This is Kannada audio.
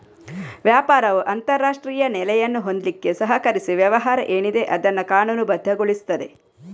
ವ್ಯಾಪಾರವು ಅಂತಾರಾಷ್ಟ್ರೀಯ ನೆಲೆಯನ್ನು ಹೊಂದ್ಲಿಕ್ಕೆ ಸಹಕರಿಸಿ ವ್ಯವಹಾರ ಏನಿದೆ ಅದನ್ನ ಕಾನೂನುಬದ್ಧಗೊಳಿಸ್ತದೆ